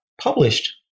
published